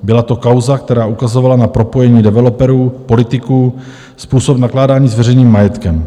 Byla to kauza, která ukazovala na propojení developerů, politiků, způsob nakládání s veřejným majetkem.